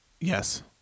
Yes